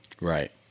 Right